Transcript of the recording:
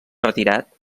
retirat